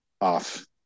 off